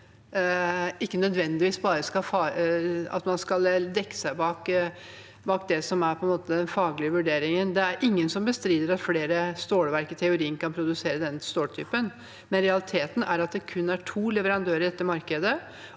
ikke nødvendigvis bare skal dekke seg bak det som på en måte er faglige vurderinger. Det er ingen som bestrider at flere stålverk i teorien kan produsere den ståltypen, men realiteten er at det kun er to leverandører i dette markedet,